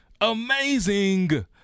Amazing